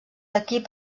equip